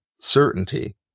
certainty